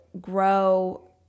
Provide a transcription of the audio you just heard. grow